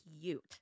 cute